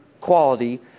quality